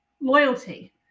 loyalty